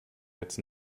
jetzt